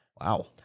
Wow